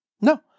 No